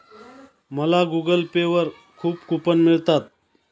मला Google Pay वर खूप कूपन मिळतात